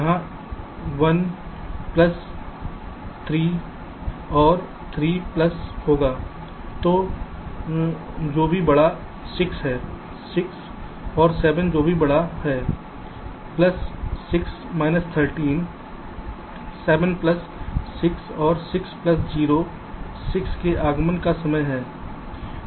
यहां 1 प्लस 3 और 3 प्लस होगा जो भी बड़ा 6 है 6 और 7 जो भी बड़ा है प्लस 6 13 7 प्लस 6 और 6 प्लस 0 6 ये आगमन का समय है